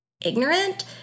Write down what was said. ignorant